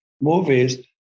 movies